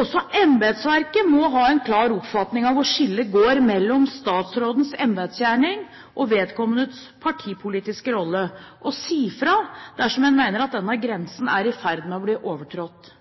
Også embetsverket må ha en klar oppfatning av hvor skillet går mellom statsrådens embetsgjerning og vedkommendes partipolitiske rolle, og si fra dersom en mener at denne grensen er i ferd med å bli overtrådt.